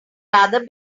rather